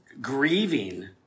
grieving